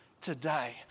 today